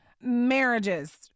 marriages